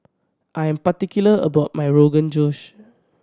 I am particular about my Rogan Josh